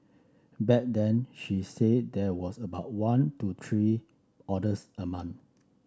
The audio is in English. back then she said there was about one to three orders a month